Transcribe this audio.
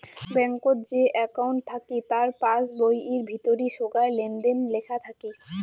ব্যাঙ্কত যে একউন্ট থাকি তার পাস বইয়ির ভিতরি সোগায় লেনদেন লেখা থাকি